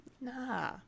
nah